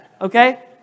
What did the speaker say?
Okay